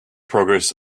progress